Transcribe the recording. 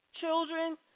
Children